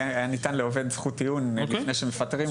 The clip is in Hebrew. היה ניתן לעובד זכות טיעון לפני שמפטרים אותו.